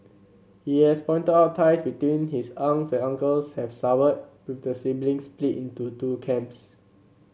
he also pointed out ties between his aunts and uncles have soured with the siblings split into two camps